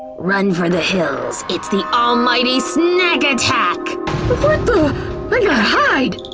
run for the hills it's the almighty snack attack! what the i gotta hide!